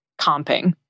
comping